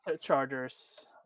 Chargers